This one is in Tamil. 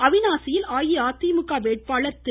அவிநாசியில் அஇஅதிமுக வேட்பாளர் திரு